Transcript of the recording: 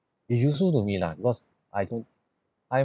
is useful to me lah because I don't I'm